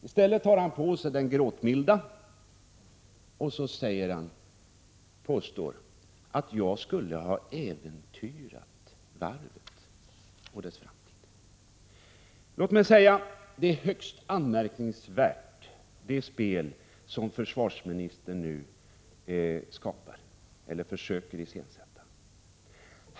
I stället använder han en gråtmild ton och påstår att jag skulle ha äventyrat varvet och dess framtid. Det spel som försvarsministern nu försöker iscensätta är högst anmärkningsvärt.